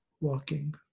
walking